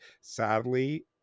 sadly